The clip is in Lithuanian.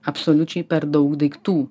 absoliučiai per daug daiktų